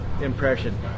impression